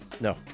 no